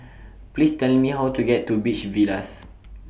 Please Tell Me How to get to Beach Villas